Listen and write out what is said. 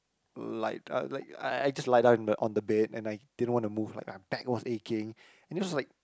like uh like I I I just lie down in the on the bed and I didn't want to move like my back was aching and it was just like